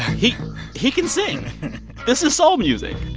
he he can sing this is soul music